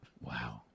Wow